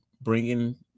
bringing